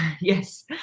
Yes